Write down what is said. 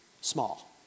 small